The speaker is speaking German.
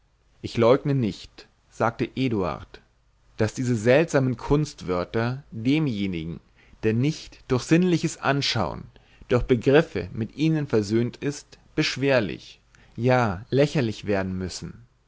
ich leugne nicht sagte eduard daß die seltsamen kunstwörter demjenigen der nicht durch sinnliches anschauen durch begriffe mit ihnen versöhnt ist beschwerlich ja lächerlich werden müssen